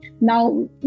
Now